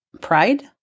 pride